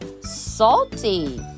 salty